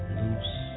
loose